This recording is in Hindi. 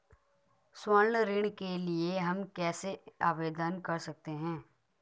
स्वर्ण ऋण के लिए हम कैसे आवेदन कर सकते हैं?